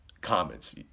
comments